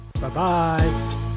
Bye-bye